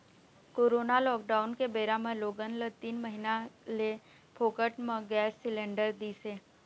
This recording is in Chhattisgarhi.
कोरोना लॉकडाउन के बेरा म लोगन ल तीन महीना ले फोकट म गैंस सिलेंडर दिस हे